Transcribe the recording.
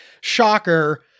shocker